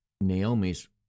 Naomi's